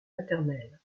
paternel